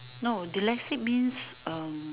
no dyslexic means um